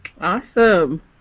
Awesome